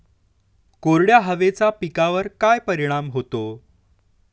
कोरड्या हवेचा पिकावर काय परिणाम होतो?